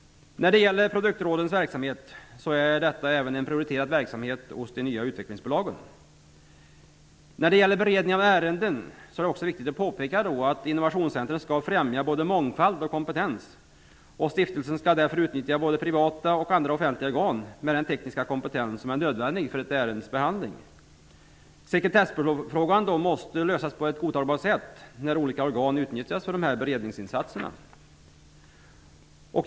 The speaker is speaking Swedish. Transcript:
Även produktrådens verksamhet är ett prioriterat område hos de nya utvecklingsbolagen. När det gäller beredning av ärenden är det viktigt att påpeka att Innovationscentrum skall främja både mångfald och kompetens. Stiftelsen skall därför utnyttja både privata och offentliga organ för att få den tekniska kompetens som är nödvändig för ett ärendes behandling. Sekretessfrågan måste lösas på ett godtagbart sätt, när olika organ utnyttjas för beredningsinsatserna.